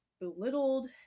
belittled